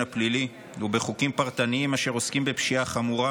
הפלילי ובחוקים פרטניים אשר עוסקים בפשיעה חמורה: